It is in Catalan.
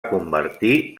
convertir